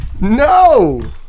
No